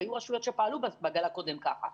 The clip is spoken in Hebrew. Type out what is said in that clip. והיו רשויות שפעלו בגל הקודם ככה.